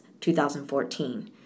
2014